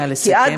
נא לסכם.